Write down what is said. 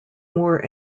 moore